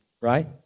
right